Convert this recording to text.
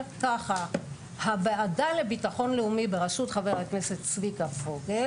ואומר שהוועדה לביטחון לאומי בראשות חבר הכנסת צביקה פוגל